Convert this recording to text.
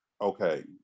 okay